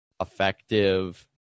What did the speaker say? effective